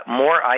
more